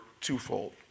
twofold